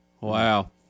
Wow